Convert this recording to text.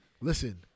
Listen